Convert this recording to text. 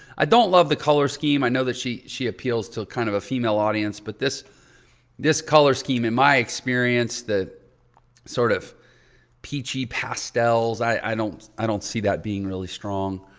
i don't love the color scheme. i know that she she appeals to kind of a female audience but this this color scheme in my experience, the sort of peachy pastels, i don't, i don't see that being really strong.